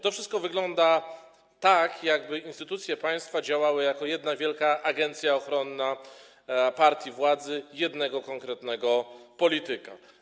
To wszystko wygląda tak, jakby instytucje państwa działały jak jedna wielka agencja ochrony partii władzy jednego konkretnego polityka.